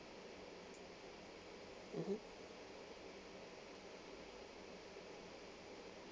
mmhmm